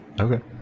Okay